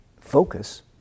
focus